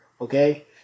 Okay